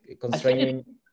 constraining